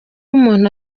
umuntu